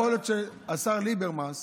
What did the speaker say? יכול להיות שהשר ליברמס,